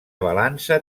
balança